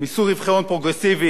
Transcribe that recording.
מיסוי רווחי הון פרוגרסיבי.